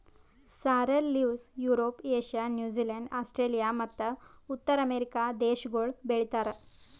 sorrel leaves Europe, Asia, New Zealand, Australia ಮತ್ತ ಉತ್ತರ America ದೇಶಗೊಳ್ ಬೆ ಳಿತಾರ್